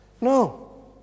No